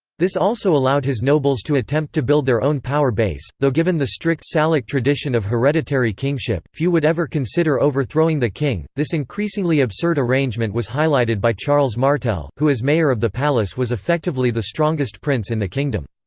this also allowed his nobles to attempt to build their own power base, though given the strict salic tradition of hereditary kingship, few would ever consider overthrowing the king this increasingly absurd arrangement was highlighted by charles martel, who as mayor of the palace was effectively the strongest prince in the kingdom.